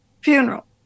funeral